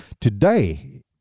today